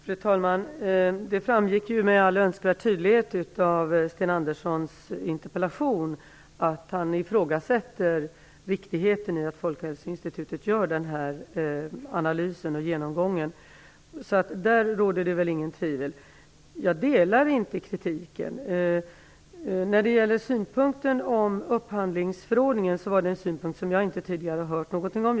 Fru talman! Det framgick med all önskvärd tydlighet av Sten Anderssons interpellation att han ifrågasätter riktigheten i att Folkhälsoinstitutet gör denna analys och genomgång. Därom råder inget tvivel. Jag delar inte kritiken. Jag har inte tidigare hört någonting som berör den anförda synpunkten på upphandlingsförordningen.